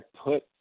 put